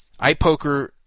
iPoker